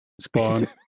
spawn